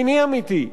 של הידברות,